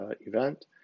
event